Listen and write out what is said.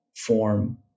form